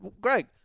Greg